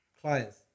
clients